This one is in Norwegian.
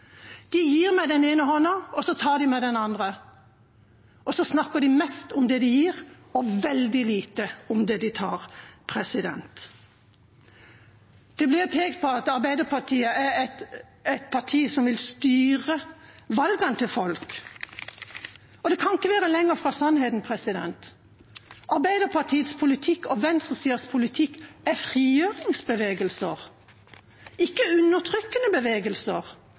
De gir med den ene hånden og tar med den andre, og så snakker de mest om det de gir, og veldig lite om det de tar. Det blir pekt på at Arbeiderpartiet er et parti som vil styre valgene til folk. Det kan ikke være lenger fra sannheten. Arbeiderpartiets politikk og venstresidens politikk er frigjøringsbevegelser – ikke undertrykkende bevegelser.